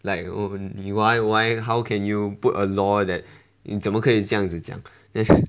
like oh why why how can you put a law that 你怎么可以这样子讲 that's